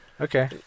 Okay